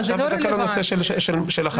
יש נושא עכשיו, נדבר עליו בקצרה.